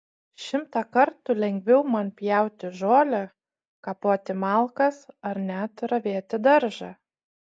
šimtą kartų lengviau man pjauti žolę kapoti malkas ar net ravėti daržą